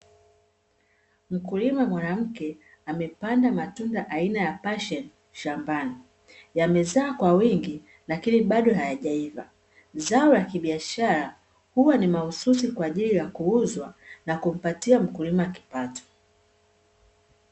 Mkulima mwanamke amepanga matunda aina ya pasheni shambani, yamezaa kwa wingi lakini bado hayajaiva ,zao la kibiashara huwa ni amahususi kwajili ya kuuzwa na kumpatia mkulima kipato.